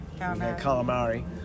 Calamari